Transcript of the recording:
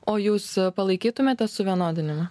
o jūs palaikytumėte suvienodinimą